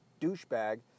douchebag